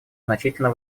значительно